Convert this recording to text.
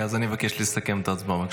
אז אני מבקש לסכם את ההצבעה.